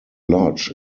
lodge